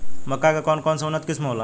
मक्का के कौन कौनसे उन्नत किस्म होला?